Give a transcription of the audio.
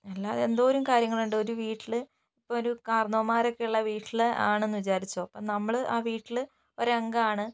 അല്ല അതെന്തോരം കാര്യങ്ങളുണ്ട് ഒരു വീട്ടില് ഇപ്പോൾ ഒരു കാർന്നോമ്മാരൊക്കെയുള്ള വീട്ടില് ആണെന്നു വിചാരിച്ചോ അപ്പോൾ നമ്മള് ആ വീട്ടില് ഒരംഗമാണ്